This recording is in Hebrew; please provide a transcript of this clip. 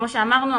כמו שאמרנו,